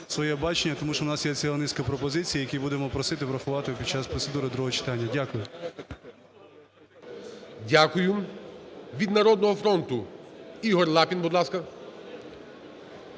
своє бачення, тому що в нас є ціла низка пропозицій, які будемо просити врахувати під час процедури другого читання. Дякую. ГОЛОВУЮЧИЙ. Дякую. Від "Народного фронту" Ігор Лапін, будь ласка.